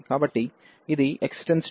కాబట్టి ఇది x→1ఉన్నప్పుడు 1 n